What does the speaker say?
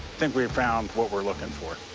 think we found what we're looking for.